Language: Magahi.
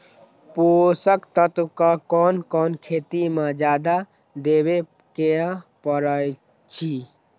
पोषक तत्व क कौन कौन खेती म जादा देवे क परईछी?